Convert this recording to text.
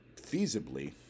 feasibly